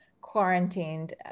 quarantined